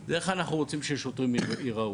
הוא איך אנחנו רוצים ששוטרים ייראו,